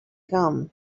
come